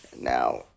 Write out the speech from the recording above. now